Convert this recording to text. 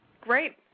Great